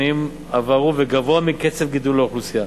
עברו וגבוה מקצב גידול האוכלוסייה.